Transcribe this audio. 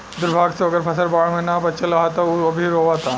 दुर्भाग्य से ओकर फसल बाढ़ में ना बाचल ह त उ अभी रोओता